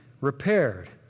repaired